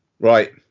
Right